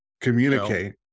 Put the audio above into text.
Communicate